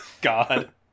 god